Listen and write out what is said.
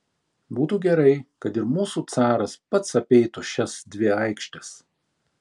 būtų gerai kad ir mūsų caras pats apeitų šias dvi aikštes